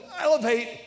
elevate